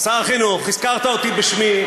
שר החינוך, הזכרת אותי בשמי.